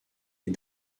les